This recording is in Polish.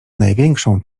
największą